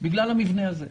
בגלל המבנה הזה.